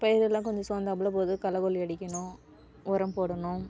பயிரெல்லாம் கொஞ்சம் சோர்ந்தாப்புலப்போது களைக்கொல்லி அடிக்கணும் உரம் போடணும்